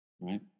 right